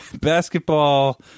basketball